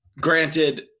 granted